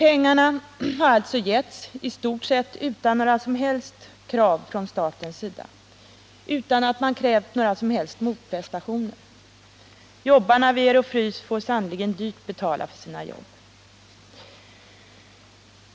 Dessa pengar har alltså getts i stort sett utan några som helst krav från statens sida, utan att man krävt några som helst motprestationer. Jobbarna vid Ero Frys får sannerligen dyrt betala för sina jobb.